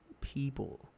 people